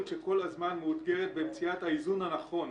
שכל הזמן מאותגרת במציאת האיזון הנכון